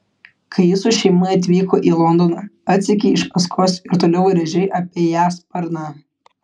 kai ji su šeima atvyko į londoną atsekei iš paskos ir toliau rėžei apie ją sparną